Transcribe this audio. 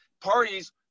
parties-